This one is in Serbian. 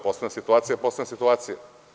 Posebna situacija je posebna situacija.